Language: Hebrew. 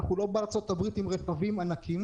אנחנו לא בארצות הברית עם רכבים ענקיים